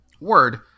Word